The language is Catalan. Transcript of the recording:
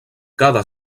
cada